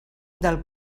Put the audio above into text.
del